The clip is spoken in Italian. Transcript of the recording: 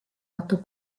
otto